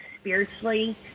spiritually